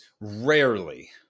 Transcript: rarely